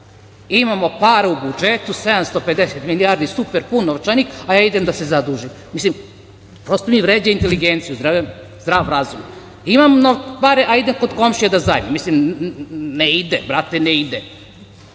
Imamo para u budžetu, 750 milijardi i super, pun novčanik, a ja idem da se zadužim. Mislim, prosto mi vređa inteligenciju, zdrav razum. Imamo pare, hajde kod komšije da zajmim. Mislim, ne ide, brate, ne